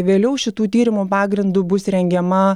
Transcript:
vėliau šitų tyrimų pagrindu bus rengiama